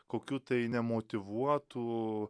kokių tai nemotyvuotų